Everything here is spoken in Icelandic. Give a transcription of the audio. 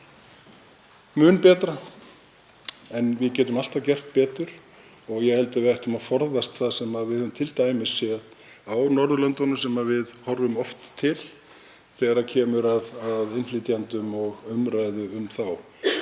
mun betra, en við getum alltaf gert betur. Ég held að við ættum að forðast það sem við höfum t.d. séð á Norðurlöndunum, sem við horfum oft til þegar kemur að innflytjendum og umræðu um þá.